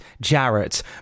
Jarrett